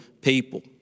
people